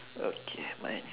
okay mine